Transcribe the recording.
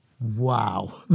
Wow